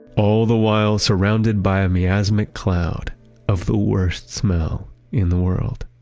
all the while surrounded by a miasmic cloud of the worst smell in the world